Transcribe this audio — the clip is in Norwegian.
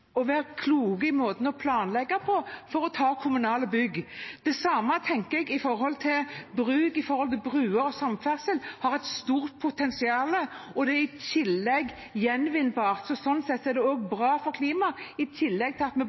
å være kloke i måten å planlegge på for kommunale bygg. Det samme tenker jeg for bruer og samferdsel – det er et stort potensial. Det er i tillegg gjenvinnbart, så sånn sett er det også bra for klimaet. I tillegg til at vi